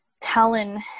Talon